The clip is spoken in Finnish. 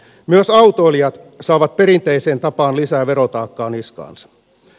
myös autoilijat saavat perinteiseen tapaan lisää verotaakkaa niskaansa